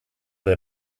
der